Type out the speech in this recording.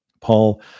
paul